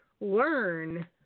learn